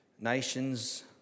Nations